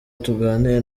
tuganire